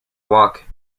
walk